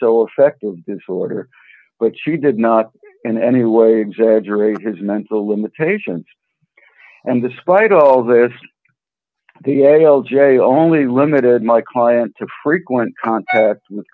so affective disorder but she did not in any way exaggerate his mental limitations and despite all this the a l j only limited my client to frequent contact with